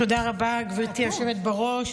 תודה רבה, גברתי היושבת בראש.